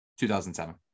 2007